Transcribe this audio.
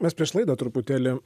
mes prieš laidą truputėlį